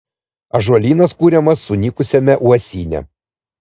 ąžuolynas kuriamas sunykusiame uosyne